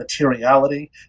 materiality